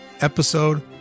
episode